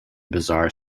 bizarre